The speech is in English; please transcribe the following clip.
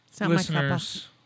listeners